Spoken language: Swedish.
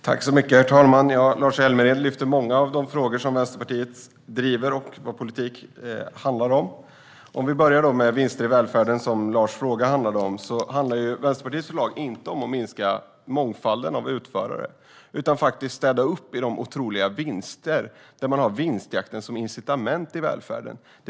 Herr talman! Lars Hjälmered tar upp många av de frågor som Vänsterpartiet driver och som vår politik handlar om. Låt oss börja med vinster i välfärden. Vänsterpartiets förslag handlar inte om att minska mångfalden av utförare utan om att städa upp i de otroliga vinsterna och bland dem som har vinstjakten som incitament i välfärden.